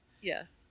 Yes